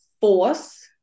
force